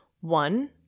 One